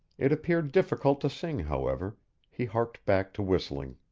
it appeared difficult to sing, however he harked back to whistling.